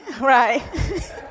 Right